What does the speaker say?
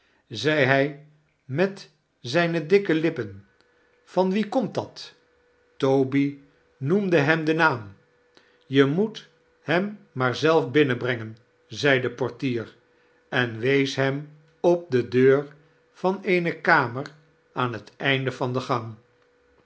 zei hij met zijne dikke lippen van wien komt dat toby noemde hem den naam je moet hem maar zelf binnen brengen zei de portier en wees heni op de derir van eene kamer aan het einde van de gang